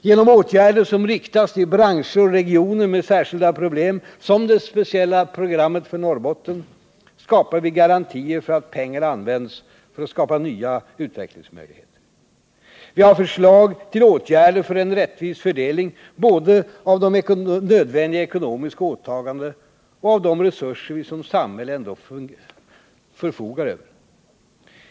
Genom åtgärder som riktas till branscher och regioner med särskilda problem — som t.ex. det speciella programmet för Norrbotten — får vi garantier för att pengarna används för att skapa nya utvecklingsmöjligheter. Vi har förslag till åtgärder för en rättvis fördelning både av de nödvändiga ekonomiska åtagandena och av de resurser vi som samhälle ändå förfogar över.